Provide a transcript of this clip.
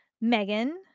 Megan